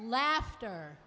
laughter